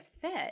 fit